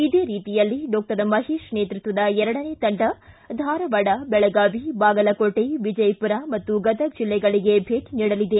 ಇದೇ ರೀತಿಯಲ್ಲಿ ಡಾಕ್ಟರ್ ಮಹೇತ್ ನೇತೃತ್ವದ ಎರಡನೇ ತಂಡ ಧಾರವಾಡ ಬೆಳಗಾವಿ ಬಾಗಲಕೋಟೆ ವಿಜಯಪುರ ಮತ್ತು ಗದಗ ಜಿಲ್ಲೆಗಳಿಗೆ ಭೇಟ ನೀಡಲಿದೆ